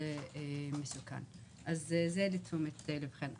זה לתשומת לבכם.